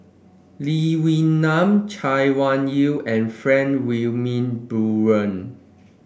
Lee Wee Nam Chay Weng Yew and Frank Wilmin Brewer